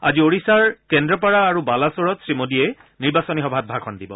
আজি ওড়িশাৰ কেন্দ্ৰপাৰা আৰু বালাচৰত শ্ৰীমোদীয়ে নিৰ্বাচনী সভাত ভাষণ দিব